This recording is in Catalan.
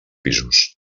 pisos